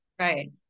Right